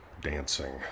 Dancing